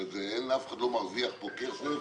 אף אחד לא מרוויח פה כסף.